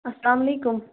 السلام علیکُم